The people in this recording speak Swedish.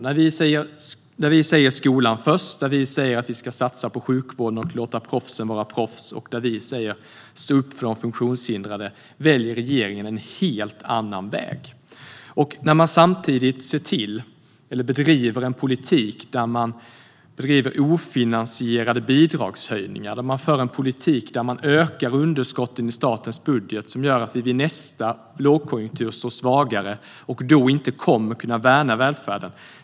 När vi säger skolan först, att vi ska satsa på sjukvården och låta proffsen vara proffs och när vi säger att vi står upp för de funktionshindrade, då väljer regeringen en helt annan väg. Samtidigt för man en politik med ofinansierade bidragshöjningar och ökar underskotten i statens budget, vilket gör att vi i nästa lågkonjunktur står svagare och då inte kommer att kunna värna välfärden.